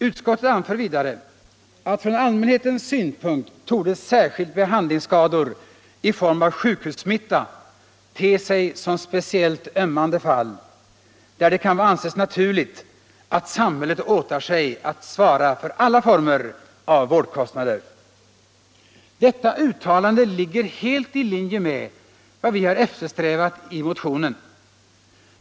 Utskottet anför vidare, att från allmänhetens synpunkt torde särskilt behandlingsskador i form av sjukhussmitta te sig som speciellt ömmande fall, där det kan anses naturligt att samhället åtar sig att svara för alla former av vårdkostnader. Detta uttalande ligger helt i linje med vad vi har eftersträvat i motionen.